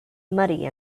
muddy